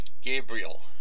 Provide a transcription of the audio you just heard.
Gabriel